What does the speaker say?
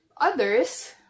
others